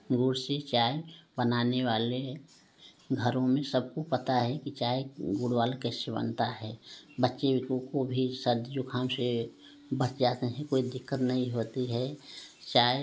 गुड़ से चाय बनाने वाले घरों में सबको पता है कि चाय गुड़ वाला कैसे बनता है बच्चे लोग को भी सर्दी जुकाम से बच जाते हैं कोई दिक्कत नहीं होती है चाय